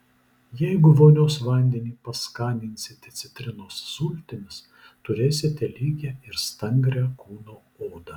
jeigu vonios vandenį paskaninsite citrinos sultimis turėsite lygią ir stangrią kūno odą